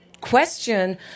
question